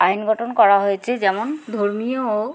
আইন গঠন করা হয়েছে যেমন ধর্মীয় ও